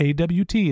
AWT